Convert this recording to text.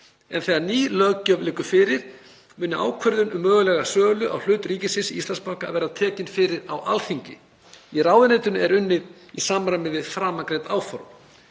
en þegar ný löggjöf liggur fyrir muni ákvörðun um mögulega sölu á hlut ríkisins í Íslandsbanka verða tekin fyrir á Alþingi. Í ráðuneytinu er unnið í samræmi við framangreind áform.